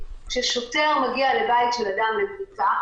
כששוטר מגיע לבית של אדם לבדיקה,